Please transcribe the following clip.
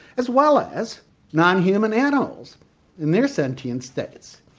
as well as non-human animals in their sentient states.